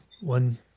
One